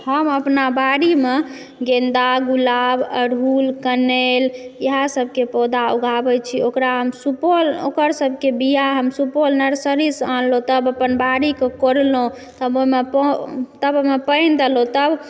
हम अपना बाड़ीमे गेन्दा गुलाब अरहुल कनेल इएह सबके पौधा उगाबय छी ओकरा हम सुपौल ओकर सबके बीया हम सुपौल नर्सरीसँ आनलहुँ तब अपन बाड़ीके कोरलहुँ तब ओइमे पऽ तब ओइमे पानि देलहुँ तब